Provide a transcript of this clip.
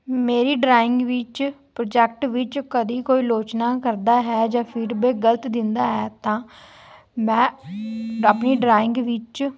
ਮੇਰੀ ਡਰਾਇੰਗ ਵਿੱਚ ਪ੍ਰੋਜੈਕਟ ਵਿੱਚ ਕਦੀ ਕੋਈ ਆਲੋਚਨਾ ਕਰਦਾ ਹੈ ਜਾਂ ਫੀਡਬੈਕ ਗਲਤ ਦਿੰਦਾ ਹੈ ਤਾਂ ਮੈਂ ਆਪਣੀ ਡਰਾਇੰਗ ਵਿੱਚ